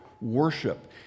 Worship